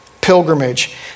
pilgrimage